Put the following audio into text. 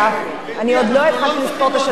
אני עוד לא התחלתי לספור את שלוש הדקות.